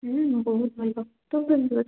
ହୁଁ ବହୁତ ଭଲ ତୁ କେମତି ଅଛୁ